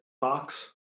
box